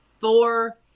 four